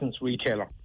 retailer